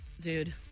Dude